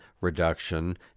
reduction